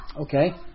Okay